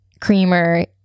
creamer